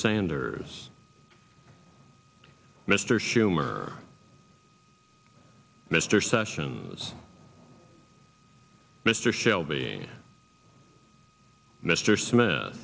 sanders mr schumer mr sessions mr shelby and mr smith